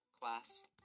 class